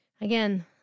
again